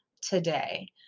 today